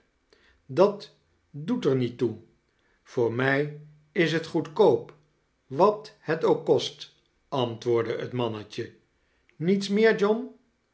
dat doet er niet toe voor mij is t goedkoop wat het ook kost antwoordde het mannetje niets meer john